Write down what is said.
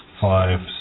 five